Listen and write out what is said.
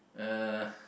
uh